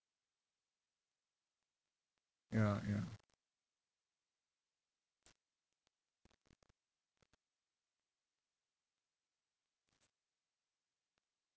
ya ya